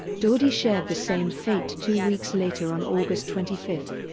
dordi shared the same fate two weeks later on august twenty five.